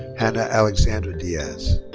hanna alexandra diaz.